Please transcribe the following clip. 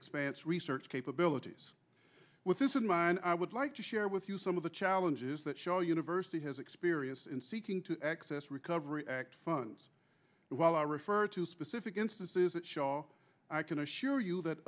expanse research capabilities with this in mind i would like to share with you some of the challenges that show university has experienced in seeking to access recovery act funds while i refer to specific instances of shaw i can assure you that